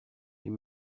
les